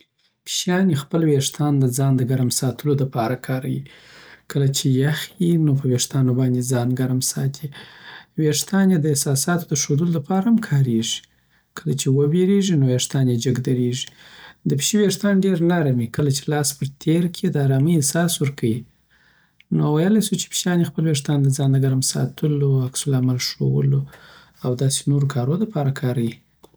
پشیانی خپل وېښتان د ځان د ګرم ساتنی لپاره کاریی کله چي یخ یی نو په وېښتانو باندی ځان ګرم ساتی وېښتان‌یې د احساساتو ښوولو د پاره هم کارېږي. کله چي وبیریږی، نو وېښتان‌یې جګ ودریږی دپیشی ویښتان ډیر نرم یی او کله چی لاس پر تیر کی د آرامی احساس ورکیی نوویلای سو چی پشیانی خپل ویښتان دځان دګرم ساتلو، عکسلمل ښوولو او داسی نورو کارونو دپاره کاریی